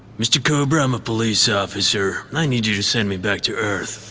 mr. cobra, i'm a police ah officer. i need you to send me back to earth,